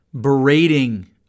berating